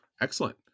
Excellent